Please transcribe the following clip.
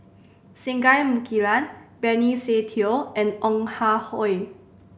Singai Mukilan Benny Se Teo and Ong Ah Hoi